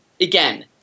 Again